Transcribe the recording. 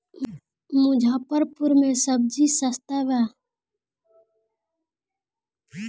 मुजफ्फरपुर में सबजी सस्ता बा